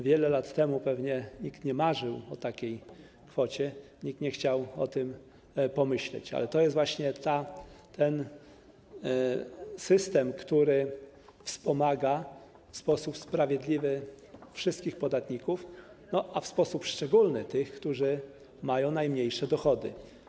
Wiele lat temu pewnie nikt nie marzył o takiej kwocie, nikt nie chciał o tym pomyśleć, ale to jest właśnie ten system, który wspomaga w sposób sprawiedliwy wszystkich podatników, a w sposób szczególny tych, którzy mają najmniejsze dochody.